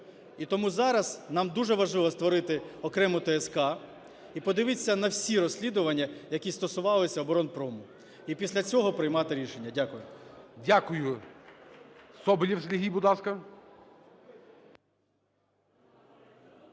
І тому зараз нам дуже важливо створити окрему ТСК і подивитися на всі розслідування, які стосувалися "Оборонпрому" і після цього приймати рішення. Дякую. ГОЛОВУЮЧИЙ. Дякую. Соболєв Сергій, будь ласка.